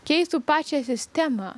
keistų pačią sistemą